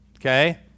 Okay